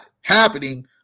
happening